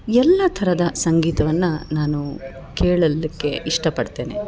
ಎಲ್ಲ ಥರದ ಸಂಗೀತವನ್ನು ನಾನು ಕೇಳಲಿಕ್ಕೆ ಇಷ್ಟಪಡ್ತೇನೆ